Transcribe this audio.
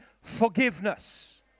forgiveness